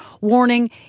warning